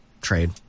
trade